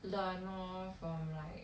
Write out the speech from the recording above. learn more from like